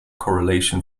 correlation